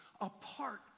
apart